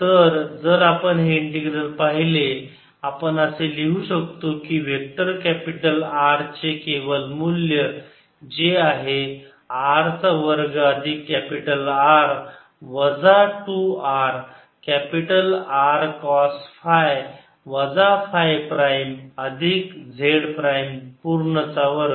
तर जर आपण ही इंटीग्रल पाहिले आपण असे लिहू शकतो की वेक्टर कॅपिटल R केवल मूल्य जे आहे r चा वर्ग अधिक कॅपिटल R वजा 2 r capital R cos phi वजा फाय प्राईम अधिक z प्राईम पूर्ण चा वर्ग